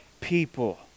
people